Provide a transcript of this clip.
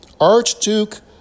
Archduke